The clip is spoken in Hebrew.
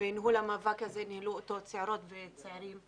את המאבק הזה ניהלו צעירות וצעירים.